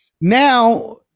now